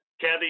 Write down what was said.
Kathy